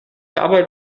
dabei